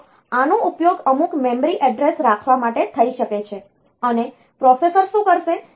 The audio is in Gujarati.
તો આનો ઉપયોગ અમુક મેમરી એડ્રેસ રાખવા માટે થઈ શકે છે અને પ્રોસેસર શું કરશે